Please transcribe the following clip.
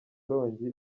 rongi